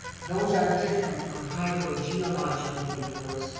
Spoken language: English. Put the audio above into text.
those are different from hydrogeological reports,